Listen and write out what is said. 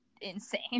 insane